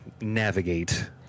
navigate